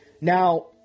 Now